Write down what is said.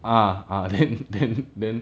uh uh then then then